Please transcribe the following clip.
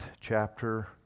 chapter